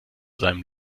seinem